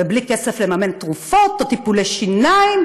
ובלי כסף לממן תרופות או טיפולי שיניים,